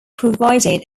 provided